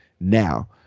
now